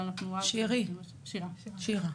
שירה,